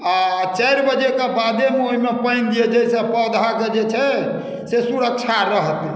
आ चारि बजेके बादे ओहिमे पानि दियै जाहिसँ पौधाके जे छै से सुरक्षा रहतै